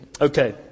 Okay